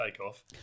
takeoff